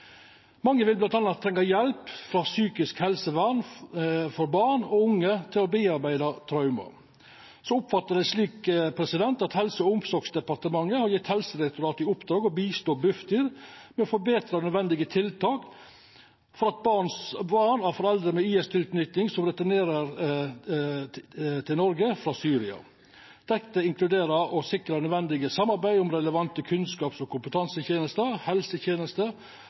Mange vil m.a. trenga hjelp frå psykisk helsevern for barn og unge til å bearbeida traume. Så oppfattar eg det slik at Helse- og omsorgsdepartementet har gjeve Helsedirektoratet i oppdrag å bistå Bufdir med å førebu nødvendige tiltak for barn av foreldre med IS-tilknyting som returnerer til Noreg frå Syria. Det inkluderer å sikra nødvendig samarbeid mellom relevante kunnskaps- og kompetansetenester, helsetenester